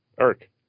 eric